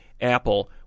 apple